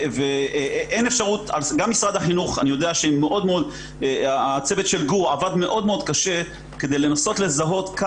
אני יודע שבמשרד החינוך הצוות של גור עבד מאוד קשה כדי לנסות לזהות מה